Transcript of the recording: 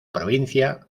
provincia